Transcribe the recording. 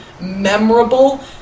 memorable